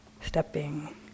stepping